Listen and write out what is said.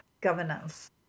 governance